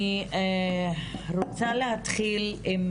אני רוצה להתחיל עם